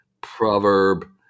proverb